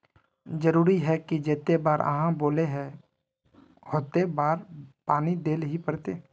जरूरी है की जयते बार आहाँ बोले है होते बार पानी देल ही पड़ते?